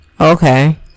okay